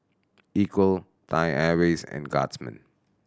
Equal Thai Airways and Guardsman